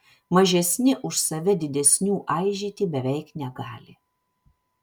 mažesni už save didesnių aižyti beveik negali